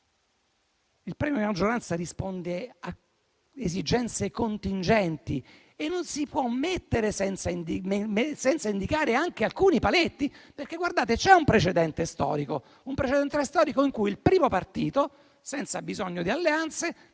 Il premio di maggioranza risponde ad esigenze contingenti e non si può mettere senza indicare anche alcuni paletti. Guardate che c'è un precedente storico in cui il primo partito, senza bisogno di alleanze,